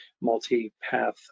multi-path